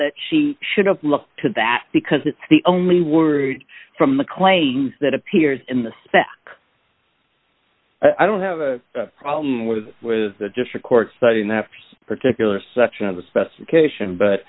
that she should open to that because it's the only word from the claims that appears in the spec i don't have a problem with with the district court study in that particular section of the specification but